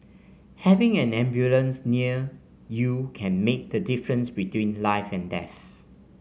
having an ambulance near you can make the difference between life and death